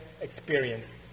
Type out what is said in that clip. experience